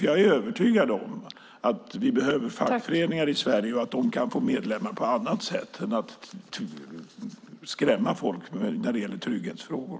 Jag är övertygad om att vi behöver fackföreningar i Sverige och att de kan få medlemmar på annat sätt än genom att skrämma folk när det gäller trygghetsfrågor.